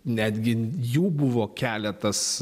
netgi jų buvo keletas